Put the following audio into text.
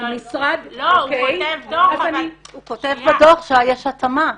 המשרד -- הוא כותב בדוח שיש התאמה,